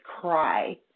cry